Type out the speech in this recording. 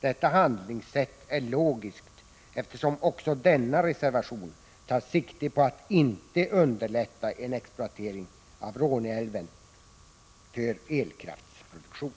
Detta handlingssätt är logiskt, eftersom också denna reservation tar sikte på att inte underlätta en exploatering av Råneälven för elkraftsproduktion.